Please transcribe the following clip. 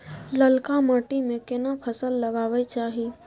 ललका माटी में केना फसल लगाबै चाही?